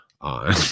on